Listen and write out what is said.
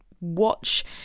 watch